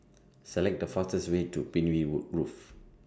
Select The fastest Way to Pinewood Grove